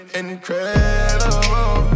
incredible